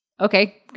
okay